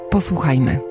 Posłuchajmy